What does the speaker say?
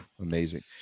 amazing